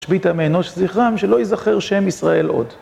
"אשביתה מאנוש זכרם" - שלא ייזכר שם ישראל עוד.